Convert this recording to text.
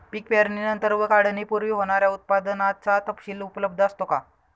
पीक पेरणीनंतर व काढणीपूर्वी होणाऱ्या उत्पादनाचा तपशील उपलब्ध असतो का?